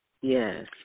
yes